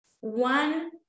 One